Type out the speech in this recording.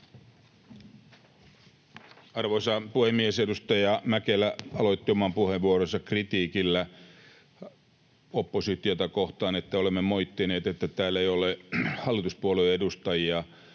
Arvoisa puhemies! Edustaja Mäkelä aloitti oman puheenvuoronsa kritiikillä oppositiota kohtaan, että olemme moittineet, että täällä ei ole hallituspuolueen edustajia